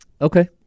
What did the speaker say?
Okay